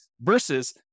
versus